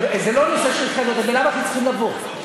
זה לא נושא, בלאו הכי צריכים לבוא.